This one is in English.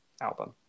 album